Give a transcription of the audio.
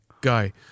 guy